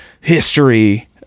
history